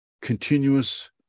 continuous